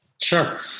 Sure